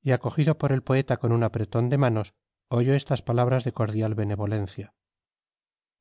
y acogido por el poeta con un apretón de manos oyó estas palabras de cordial benevolencia